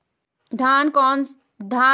धान कौन सी फसल है रबी या खरीफ?